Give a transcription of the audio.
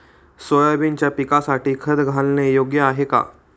सोयाबीनच्या पिकासाठी खत घालणे योग्य आहे का?